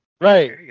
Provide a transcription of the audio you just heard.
Right